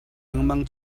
lengmang